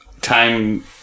time